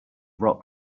rock